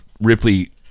ripley